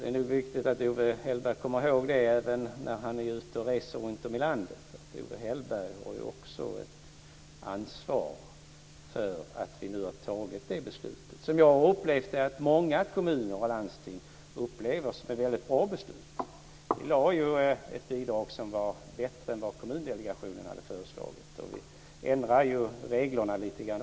Det är nog viktigt att Owe Hellberg kommer ihåg det även när han är ute och reser runtom i landet. Owe Hellberg har också ett ansvar för att vi nu har fattat det beslut som jag upplever att många kommuner och landsting anser är ett bra beslut. Det gav ett bidrag som var bättre än vad Kommundelegationen hade föreslagit. Vi ändrade också reglerna lite grann.